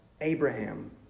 Abraham